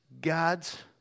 God's